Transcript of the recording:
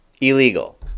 illegal